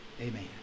Amen